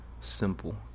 simple